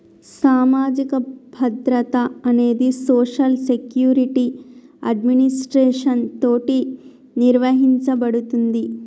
సామాజిక భద్రత అనేది సోషల్ సెక్యురిటి అడ్మినిస్ట్రేషన్ తోటి నిర్వహించబడుతుంది